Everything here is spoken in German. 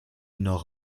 noch